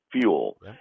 fuel